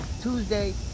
Tuesday